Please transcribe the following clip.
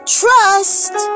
trust